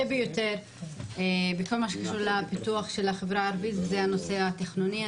ביותר בכל מה שקשור לפיתוח החברה הערבית וזה הנושא התכנוני.